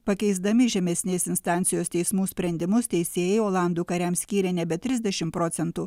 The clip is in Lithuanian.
pakeisdami žemesnės instancijos teismų sprendimus teisėjai olandų kariams skyrė nebe trisdešim procentų